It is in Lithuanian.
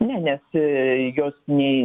ne nes jos nei